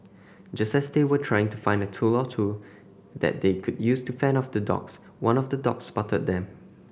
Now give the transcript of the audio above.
just as they were trying to find a tool or two that they could use to fend off the dogs one of the dogs spotted them